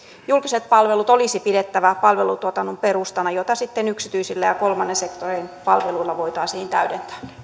julkiset palvelut olisi pidettävä palvelutuotannon perustana jota sitten yksityisillä ja kolmannen sektorin palveluilla voitaisiin täydentää